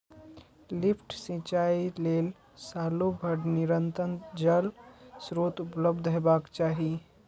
lift सिंचाइ लेल सालो भरि निरंतर जल स्रोत उपलब्ध हेबाक चाही